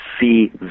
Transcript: see